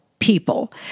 people